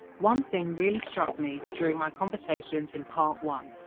one thing really struck me during my conversations in part one.